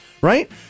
right